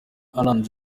alain